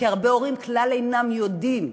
כי הרבה הורים כלל אינם יודעים.